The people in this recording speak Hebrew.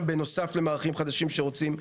בנוסף למערכים הנוספים שרוצים להקים.